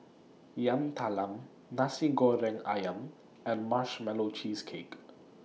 Yam Talam Nasi Goreng Ayam and Marshmallow Cheesecake